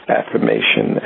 affirmation